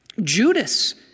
Judas